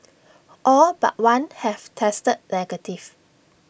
all but one have tested negative